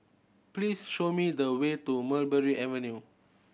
please show me the way to Mulberry Avenue